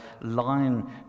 line